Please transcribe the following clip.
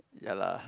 ya lah